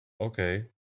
Okay